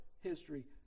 history